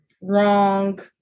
wrong